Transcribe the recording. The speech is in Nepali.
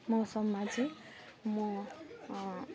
मौसममा चाहिँ म